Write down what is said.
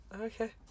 Okay